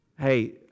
Hey